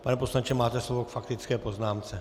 Pane poslanče, máte slovo k faktické poznámce.